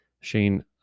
shane